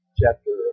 chapter